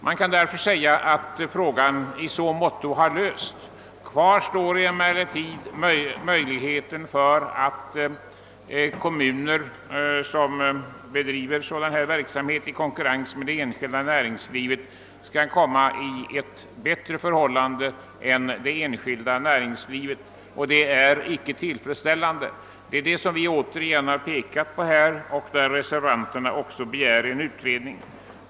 Man kan därför säga att frågan i viss mån har lösts. Kvar står emellertid att kommuner som bedriver verksamhet i konkurrens med det enskilda näringslivet kan komma i ett bättre läge än det enskilda näringslivet, och det är icke tillfredsställande. Vi reservanter har återigen pekat på detta förhållande när vi begär en utredning.